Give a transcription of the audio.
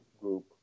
Group